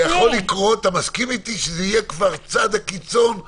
אודי, אתה מסכים איתי שזה יהיה כבר הצד הקיצון.